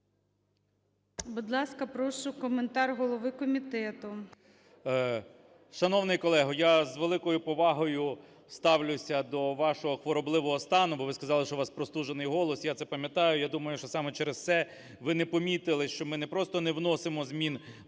Будь ласка, прошу коментар голови комітету. 13:36:10 КНЯЖИЦЬКИЙ М.Л. Шановний колего, я з великою повагою ставлюся до вашого хворобливого стану, бо ви сказали, що у вас простужений голос, я це пам'ятаю. Я думаю, що саме через це ви не помітили, що ми не просто не вносимо змін